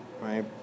right